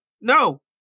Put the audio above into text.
no